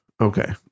Okay